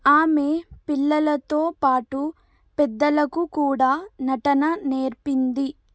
ఆమె పిల్లలతో పాటు పెద్దలకు కూడా నటన నేర్పింది